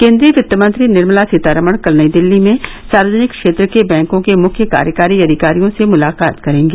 किन्द्रीय वित्तमंत्री निर्मला सीतारामन कल नई दिल्ली में सार्वजनिक क्षेत्र के बैंकों के मुख्य कार्यकारी अधिकारियों से मुलाकात करेंगी